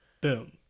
Boom